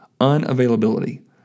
unavailability